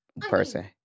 person